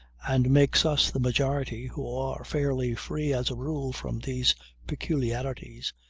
and makes us, the majority who are fairly free as a rule from these peculiarities,